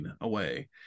away